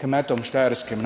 kmetom štajerskem,